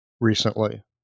recently